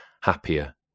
happier